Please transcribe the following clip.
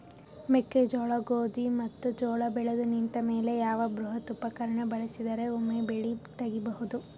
ಮೆಕ್ಕೆಜೋಳ, ಗೋಧಿ ಮತ್ತು ಜೋಳ ಬೆಳೆದು ನಿಂತ ಮೇಲೆ ಯಾವ ಬೃಹತ್ ಉಪಕರಣ ಬಳಸಿದರ ವೊಮೆ ಬೆಳಿ ತಗಿಬಹುದು?